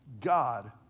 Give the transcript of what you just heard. God